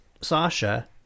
Sasha